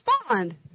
respond